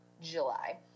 July